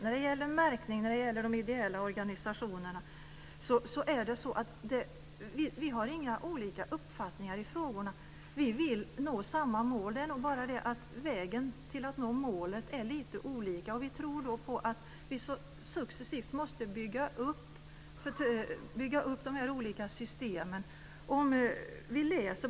När det gäller märkning och när det gäller de ideella organisationerna har vi inga olika uppfattningar. Vi vill nå samma mål. Det är nog bara det att vägarna för att nå målet är lite olika. Vi tror att vi successivt måste bygga upp de här olika systemen.